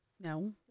No